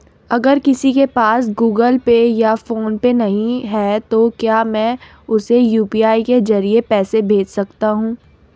अगर किसी के पास गूगल पे या फोनपे नहीं है तो क्या मैं उसे यू.पी.आई के ज़रिए पैसे भेज सकता हूं?